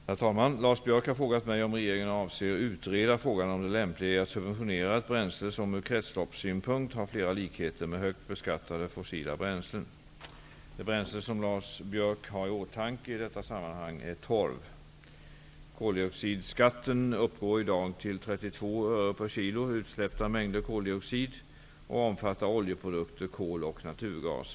Herr talman! Lars Biörck har frågat mig om regeringen avser utreda frågan om det lämpliga i att subventionera ett bränsle som ur kretsloppssynpunkt har flera likheter med högt beskattade fossila bränslen. Det bränsle som Lars Biörck har i åtanke i detta sammanhang är torv. Koldioxidskatten uppgår i dag till 32 öre/kg utsläppta mängder koldioxid och omfattar oljeprodukter, kol och naturgas.